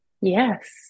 Yes